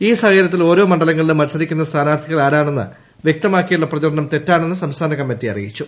ഈ സാഹചര്യത്തിൽ ഓരോ മണ്ഡലങ്ങളിലും മത്സരിക്കുന്ന സ്ഥാനാർത്ഥികൾ ആരാണെന്ന് വൃക്തമാക്കിയുള്ള പ്രചരണം തെറ്റാണെന്ന് സംസ്ഥാന കമ്മിറ്റി അറിയിച്ചു